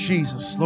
Jesus